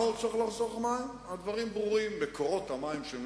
יש הרבה דוגמאות אחרות בתקציב,